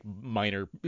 minor